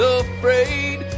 afraid